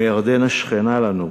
מירדן השכנה לנו.